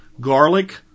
garlic